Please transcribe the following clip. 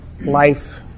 life